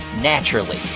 naturally